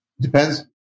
Depends